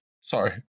Sorry